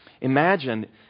Imagine